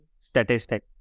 statistic